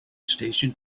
station